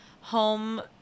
home